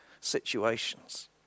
situations